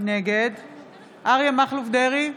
נגד אריה מכלוף דרעי,